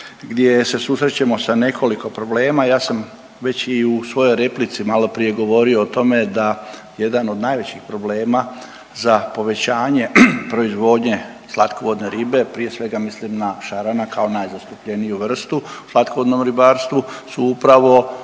gdje se susrećemo sa nekoliko problema. Ja sam već i u svojoj replici maloprije govorio o tome da jedan od najvećih problema za povećanje proizvodnje slatkovodne ribe prije svega mislim na šarana kao najzastupljeniju vrstu u slatkovodnom ribarstvu, su upravo